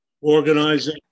organizing